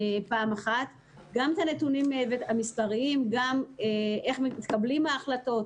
גם את הנתונים המספריים וגם איך מקבלים החלטות,